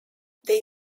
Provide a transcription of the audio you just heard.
they